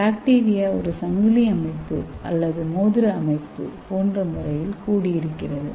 bacteria ஒரு சங்கிலி அமைப்பு அல்லது மோதிர அமைப்பு போன்ற முறையில் கூடியிருக்கிறது